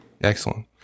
Excellent